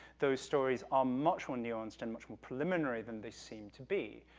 those stories are much more nuanced and much more preliminary than they seem to be.